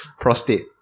Prostate